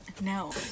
no